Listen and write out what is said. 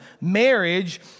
marriage